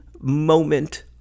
moment